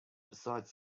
besides